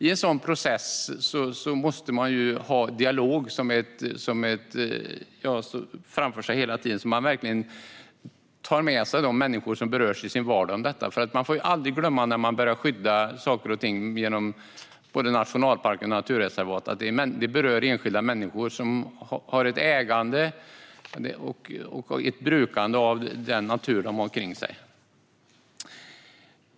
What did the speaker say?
I en sådan process måste man hela tiden ha en dialog så att man tar med de människor som berörs av detta i sin vardag. När man skyddar saker och ting genom nationalparker och naturreservat får man aldrig glömma att det berör enskilda människor som har ett ägande och brukande av den natur de har omkring sig.